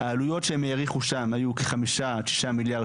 העלויות שהם העריכו שם היו כ-5-6 מיליארד